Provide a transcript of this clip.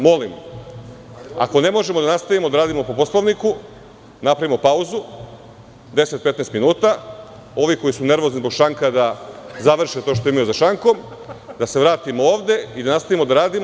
Molim vas, ako ne možemo da nastavimo da radimo po Poslovniku, da napravimo pauzu od 10,15 minuta, ovi koji su nervozni zbog šanka da završe to što imaju za šankom, da se vratimo ovde i da nastavimo da radimo.